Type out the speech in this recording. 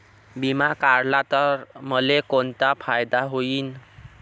बिमा काढला त मले कोनचा फायदा होईन?